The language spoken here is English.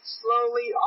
slowly